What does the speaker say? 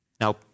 Now